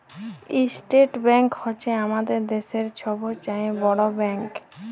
state bank হছে আমাদের দ্যাশের ছব চাঁয়ে বড় ব্যাংক